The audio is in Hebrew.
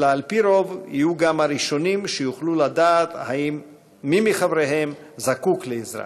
אלא על-פי רוב יהיו גם הראשונים שיוכלו לדעת אם מי מחבריהם זקוק לעזרה.